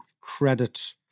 credit